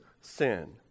sin